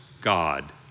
God